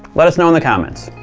let us know in the comments.